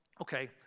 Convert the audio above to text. okay